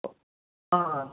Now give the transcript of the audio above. O ആ